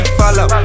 follow